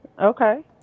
Okay